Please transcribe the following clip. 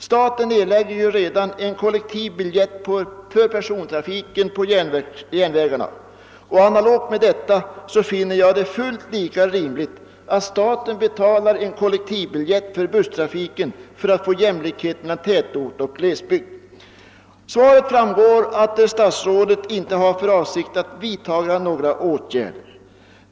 Staten betalar ju redan en kollektivbiljett för persontrafiken på järnvägarna. Analogt med detta finner jag det fullt rimligt att staten betalar en kollektivbiljett för busstrafiken för att skapa jämlikhet mellan tätort och glesbygd. Av svaret framgår att statsrådet inte har för avsikt att vidta några åtgärder.